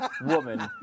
woman